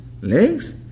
legs